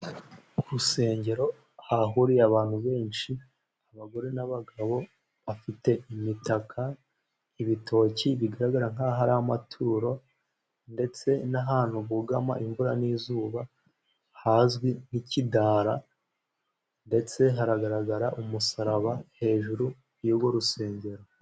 Ku rusengero ahahuriye abantu benshi, abagore n'abagabo bafite imitaka, ibitoki bigaragara nk'aho ari amaturo, ndetse n'ahantu bugama imvura n'izuba hazwi nk'ikidara, ndetse haragaragara umusaraba hejuru y'urwo rusengero.